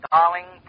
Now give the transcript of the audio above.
Darling